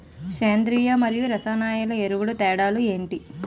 సేంద్రీయ మరియు రసాయన ఎరువుల తేడా లు ఏంటి?